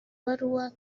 baruwa